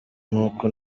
n’uko